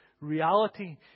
reality